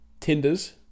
Tinders